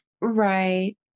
right